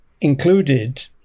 included